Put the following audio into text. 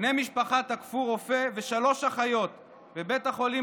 בני משפחה תקפו רופא ושלוש אחיות בבית החולים